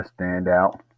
standout